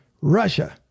Russia